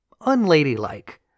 unladylike